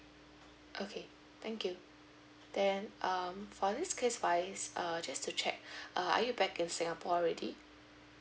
okay thank you then um for this case wise uh just to check uh are you back in singapore already